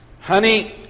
honey